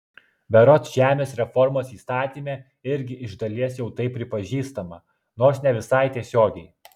berods žemės reformos įstatyme irgi iš dalies jau tai pripažįstama nors ne visai tiesiogiai